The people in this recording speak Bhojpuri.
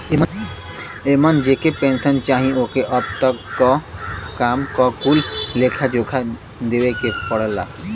एमन जेके पेन्सन चाही ओके अब तक क काम क कुल लेखा जोखा देवे के पड़ला